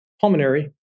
pulmonary